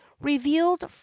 revealed